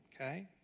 okay